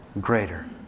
greater